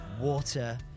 water